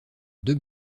deux